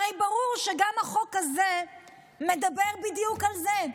הרי ברור שגם החוק הזה מדבר בדיוק על זה.